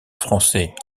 français